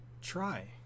try